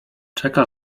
czeka